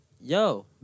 yo